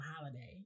holiday